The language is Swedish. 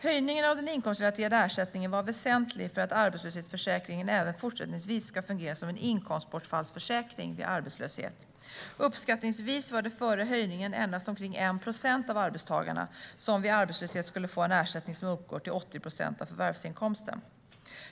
Höjningen av den inkomstrelaterade ersättningen var väsentlig för att arbetslöshetsförsäkringen även fortsättningsvis ska fungera som en inkomstbortfallsförsäkring vid arbetslöshet. Uppskattningsvis var det före höjningen endast omkring 1 procent av arbetstagarna som vid arbetslöshet skulle få en ersättning som uppgår till 80 procent av förvärvsinkomsten.